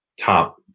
top